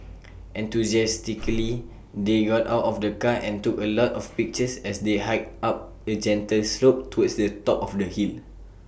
enthusiastically they got out of the car and took A lot of pictures as they hiked up A gentle slope towards the top of the hill